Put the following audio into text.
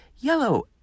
yellow